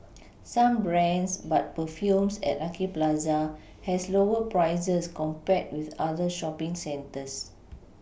same brands but perfumes at lucky Plaza has lower prices compared with other shopPing centres